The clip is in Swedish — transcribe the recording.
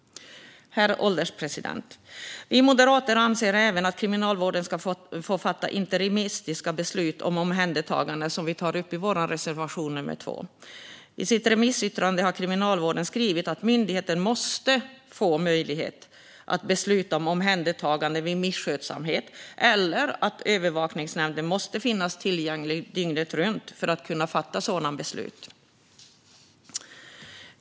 Herr ålderspresident! Vi moderater anser även att Kriminalvården ska få fatta interimistiska beslut om omhändertagande, vilket vi tar upp i vår reservation nummer 2. I sitt remissyttrande har Kriminalvården skrivit att myndigheten måste få möjlighet att besluta om omhändertagande vid misskötsamhet, eller så måste övervakningsnämnden finnas tillgänglig dygnet runt för att kunna fatta sådana beslut.